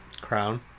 Crown